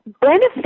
benefits